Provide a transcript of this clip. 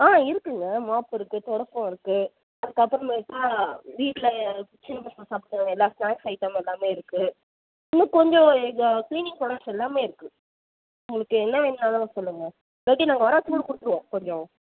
ஆ இருக்குங்க மாப் இருக்கு துடப்பம் இருக்கு அதுக்கப்பறமேட்டாக வீட்டில சின்ன பசங்க சாப்பிட எல்லா ஸ்னாக்ஸ் ஐட்டம் எல்லாமே இருக்கு இன்னும் கொஞ்சம் இது க்ளீனிங் ப்ரோடக்ட்ஸ் எல்லாமே இருக்கு உங்களுக்கு என்ன வேணுன்னாலும் சொல்லுங்கள் இல்லாட்டி நாங்கள் வர வச்சி கூட கொடுத்துருவோம் கொஞ்சம்